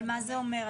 אבל מה זה אומר?